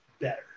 better